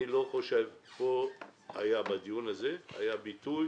אני לא חושב, בדיון בוועדה זו היה ביטוי